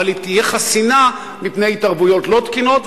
אבל היא תהיה חסינה מפני התערבויות לא תקינות,